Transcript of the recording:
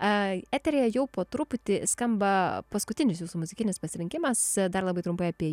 eteryje jau po truputį skamba paskutinis jūsų muzikinis pasirinkimas dar labai trumpai apie